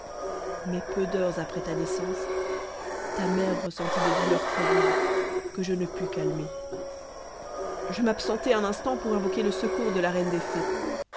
mais peu d'heures après ta naissance ta mère ressentit des douleurs très vives que je ne pus calmer je m'absentai un instant pour invoquer le secours de la reine des fées